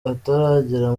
ataragera